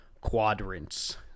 quadrants